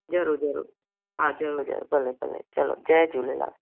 ज़रूरु ज़रूरु हा ज़रूरु ज़रूरु भले भले चलो जय झूलेलाल